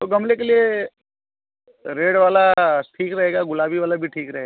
तो गमले के लिए रेड वाला ठीक रहेगा गुलाबी वाला भी ठीक रहेगा